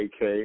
AK